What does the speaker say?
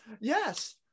Yes